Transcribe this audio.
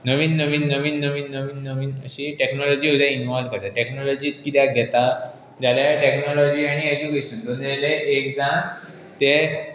नवीन नवीन नवीन नवीन नवीन नवीन अशी टॅक्नोलॉजी सुद्दां इनवॉल्व करता टॅक्नोलॉजी कित्याक घेता जाल्यार टॅक्नोलॉजी आनी एज्युकेशन दोनांयले एक जावन तें